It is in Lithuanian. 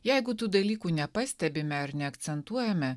jeigu tų dalykų nepastebime ar neakcentuojame